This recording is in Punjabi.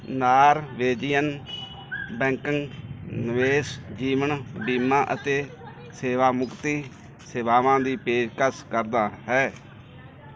ਨਾਰਵੇਦੀਅਨ ਬੈਂਕਨ ਨਿਵੇਸ਼ ਜੀਵਨ ਬੀਮਾ ਅਤੇ ਸੇਵਾਮੁਕਤੀ ਸੇਵਾਵਾਂ ਦੀ ਪੇਸ਼ਕਸ਼ ਕਰਦਾ ਹੈ